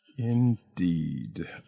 Indeed